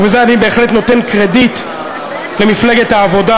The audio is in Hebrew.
ובזה אני בהחלט נותן קרדיט למפלגת העבודה,